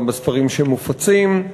גם בספרים שמופצים.